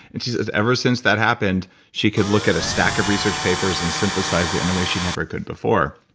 and she says ever since that happened she could look at a stack of research papers, and synthesize it in a way she never could before.